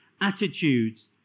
Attitudes